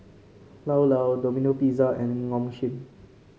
Llao Llao Domino Pizza and Nong Shim